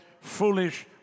foolish